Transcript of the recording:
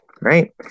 right